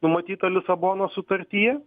numatyta lisabonos sutartyje